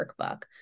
workbook